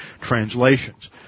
translations